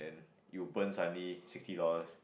you will burn suddenly sixty dollars